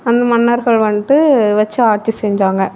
அந்த மன்னர்கள் வந்துட்டு வச்சு ஆட்சி செஞ்சாங்க